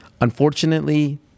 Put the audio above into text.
unfortunately